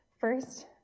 first